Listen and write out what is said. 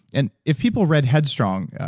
and if people read head strong,